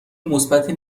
مثبتی